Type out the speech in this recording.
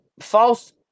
false